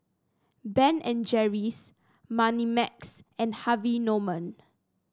Ben and Jerry's Moneymax and Harvey Norman